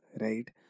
right